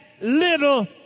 little